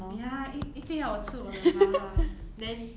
ya 一一定要我吃我的麻辣 then